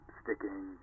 sticking